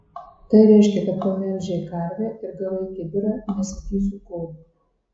tai reiškia kad pamelžei karvę ir gavai kibirą nesakysiu ko